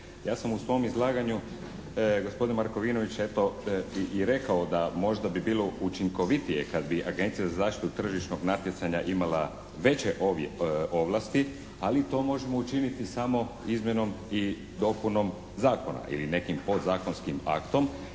Ja sam u svom izlaganju gospodine Markovinović eto i rekao da možda bi bilo učinkovitije kad bi Agencija za zaštitu tržišnog natjecanja imala veće ovlasti, ali to možemo učiniti samo izmjenom i dopunom zakona ili nekim pod zakonskim aktom